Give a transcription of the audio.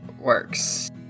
works